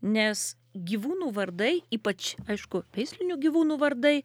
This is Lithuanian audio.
nes gyvūnų vardai ypač aišku veislinių gyvūnų vardai